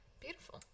Beautiful